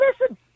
listen